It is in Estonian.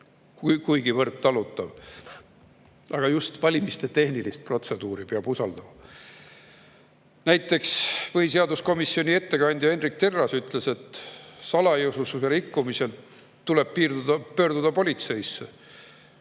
kuigivõrd talutav. Aga just valimiste tehnilist protseduuri peab usaldama. Näiteks põhiseaduskomisjoni ettekandja Hendrik Terras ütles, et salajasuse rikkumise korral tuleb pöörduda politseisse.